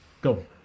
go